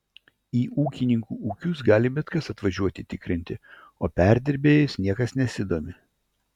į ūkininkų ūkius gali bet kas atvažiuoti tikrinti o perdirbėjais niekas nesidomi